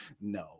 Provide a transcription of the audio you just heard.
No